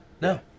No